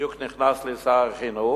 בדיוק נכנס לי שר החינוך.